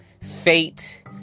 fate